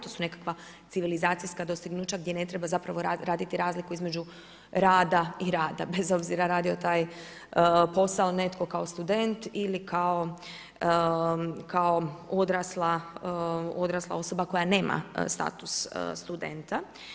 To su nekakva civilizacijska dostignuća, gdje ne treba zapravo raditi razliku između rada i rada, bez obzira taj posao netko kao student ili kao odrasla osoba koja nema status studenta.